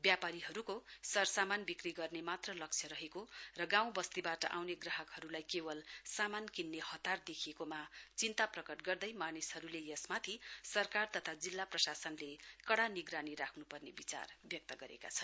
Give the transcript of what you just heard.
व्यापारीहरूको सर समान बिक्री गर्ने मात्र लक्ष्य रहेको र गाउँबस्तीबाट आउने ग्राहकहरूलाई केवल समान किन्ने हतार देखिएकोमा चिन्ता प्रकट गर्दै मानिसहरूले यसमाथि सरकार तथा जिल्ला प्रशासनले कडा निगरानी राख्नु पर्ने विचार व्यक्त गरेका छन्